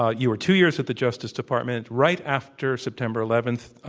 ah you were two years at the justice department, right after september eleventh.